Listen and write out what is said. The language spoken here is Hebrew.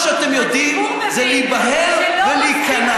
כל מה שאתם יודעים זה להיבהל ולהיכנע.